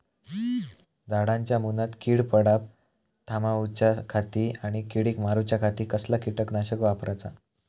झाडांच्या मूनात कीड पडाप थामाउच्या खाती आणि किडीक मारूच्याखाती कसला किटकनाशक वापराचा?